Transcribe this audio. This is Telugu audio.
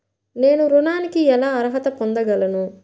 నేను ఋణానికి ఎలా అర్హత పొందగలను?